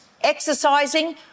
exercising